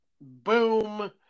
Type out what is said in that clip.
Boom